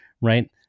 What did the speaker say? right